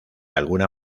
alguna